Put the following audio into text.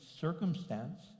circumstance